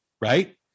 Right